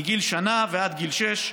מגיל שנה ועד גיל שש,